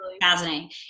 fascinating